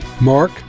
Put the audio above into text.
Mark